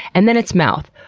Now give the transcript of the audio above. and then its mouth,